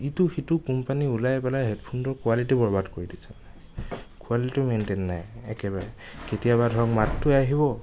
ইটো সিটো কোম্পানী ওলাই পেলাই হেডফোনটো কোৱালিটি বৰবাদ কৰি দিছে কোৱালিটিটো মেণ্টেইন নাই একেবাৰে কেতিয়াবা ধৰক মাতটোৱে আহিব